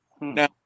Now